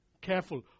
careful